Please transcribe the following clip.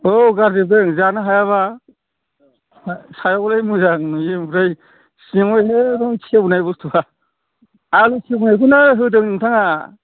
औ गारजोबदों जानो हायाबा सायावलाय मोजां नुदों ओमफ्राय सिङाव एकदम सेवनाय बुस्तुफ्रा आळु सेवनायखौनो होदों नोंथांआ